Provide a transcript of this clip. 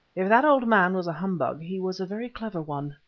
if that old man was a humbug, he was a very clever one.